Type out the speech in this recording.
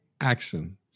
action